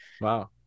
Wow